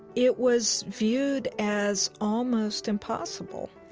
it was viewed as almost impossible.